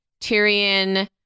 Tyrion